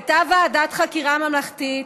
הייתה ועדת חקירה ממלכתית,